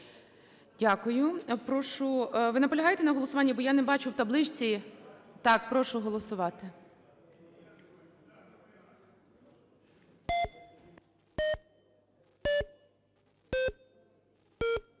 Дякую. Ви наполягаєте на голосуванні? Бо я не бачу в табличці. Так. Прошу голосувати.